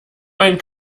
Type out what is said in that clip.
meinen